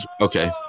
okay